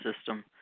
system